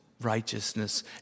righteousness